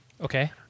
Okay